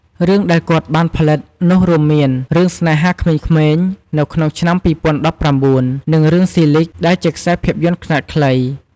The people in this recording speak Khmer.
រឿងដែលគាត់បានផលិតនោះរួមមាន រឿង «ស្នេហាក្មេងៗ» នៅក្នុងឆ្នាំ ២០១៩ និង រឿង «ស៊ីលីគ (Silig)» ដែលជាខ្សែភាពយន្តខ្នាតខ្លី។